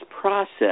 process